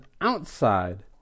outside